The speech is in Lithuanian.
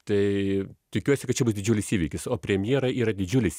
tai tikiuosi kad čia bus didžiulis įvykis o premjera yra didžiulis